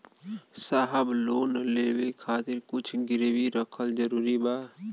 साहब लोन लेवे खातिर कुछ गिरवी रखल जरूरी बा?